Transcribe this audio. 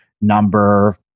number